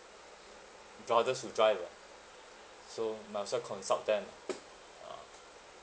brothers who drive ah so might as well consult them ah